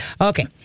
Okay